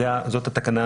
מה קורה